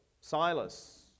Silas